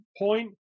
point